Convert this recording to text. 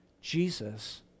Jesus